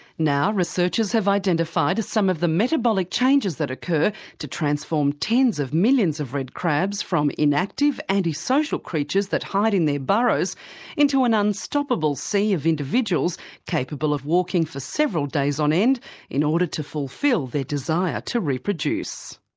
now researchers have identified some of the metabolic changes that occur to transform tens of millions of red crabs from inactive, antisocial creatures that hide in their burrows into an unstoppable sea of individuals capable of walking for several days on end in order to fulfil their desire to reproduce.